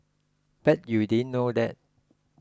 bet you didn't know that